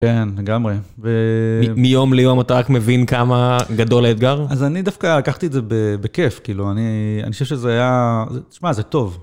כן, לגמרי. מיום ליום אתה רק מבין כמה גדול האתגר? אז אני דווקא לקחתי את זה בכיף, כאילו, אני חושב שזה היה... תשמע, זה טוב.